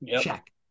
Check